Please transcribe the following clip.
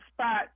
spot